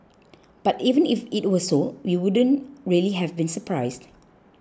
but even if it were so we wouldn't really have been surprised